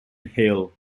halle